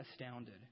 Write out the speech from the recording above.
astounded